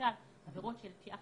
למשל עבירות של פשיעה